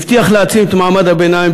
הבטיח להציל את מעמד הביניים,